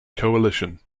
coalition